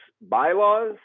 bylaws